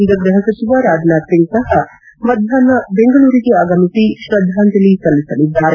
ಕೇಂದ್ರ ಗ್ರಹಸಚಿವ ರಾಜನಾಥ್ ಸಿಂಗ್ ಸಹ ಮಧ್ಯಾಹ್ನ ಬೆಂಗಳೂರಿಗೆ ಆಗಮಿಸಿ ತ್ರದ್ದಾಂಜಲಿ ಸಲ್ಲಿಸಲಿದ್ದಾರೆ